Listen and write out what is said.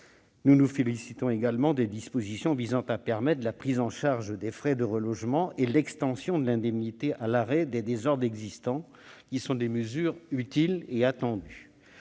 Nous nous félicitons également des dispositions visant à permettre la prise en charge des frais de relogement et l'extension de l'indemnisation à l'arrêt des désordres existants, qui sont des mesures utiles et attendues.